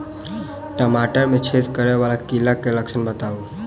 टमाटर मे छेद करै वला कीड़ा केँ लक्षण बताउ?